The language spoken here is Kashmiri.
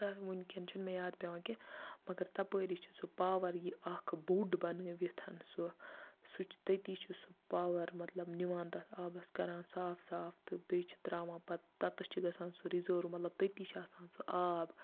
تَہ وٕنکٮ۪ن چھُنہٕ مےٚ یاد پیٚوان کہِ مگر تَپٲری چھِ سُہ پاوَر یہِ اَکھ بوٚڑ بَنٲوِتھ سُہ سُہ چھُ تٔتی چھُ سُہ پاوَر مَطلَب نِوان تَتھ آبَس کَران صاف صاف تہٕ بیٚیہِ چھِ تراوان پَتہٕ تَتَس چھِ گَژھان سُہ رِزٲرٕو مطلب تٔتی چھِ آسان سُہ آب